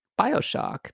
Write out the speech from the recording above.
Bioshock